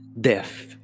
Death